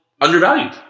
undervalued